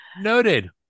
Noted